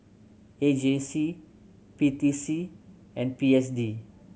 A J C P T C and P S D